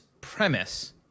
premise